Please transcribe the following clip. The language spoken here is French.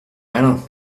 malin